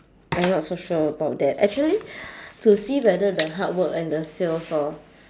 I'm not so sure about that actually to see whether the hard work and the sales orh